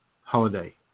holiday